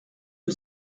que